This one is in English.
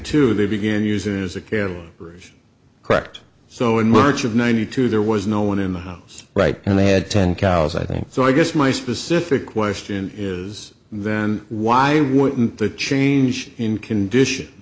cracked so in march of ninety two there was no one in the house right and they had ten cows i think so i guess my specific question is then why wouldn't the change in condition